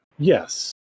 Yes